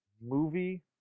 movie